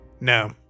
No